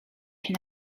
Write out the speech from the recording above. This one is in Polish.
się